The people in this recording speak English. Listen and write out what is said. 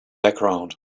background